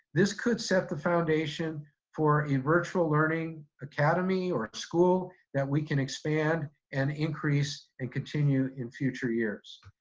this could set the foundation for a virtual learning academy or a school that we can expand and increase and continue in future years.